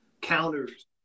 Counters